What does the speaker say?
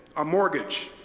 a mortgage,